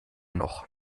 noch